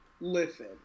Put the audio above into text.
Listen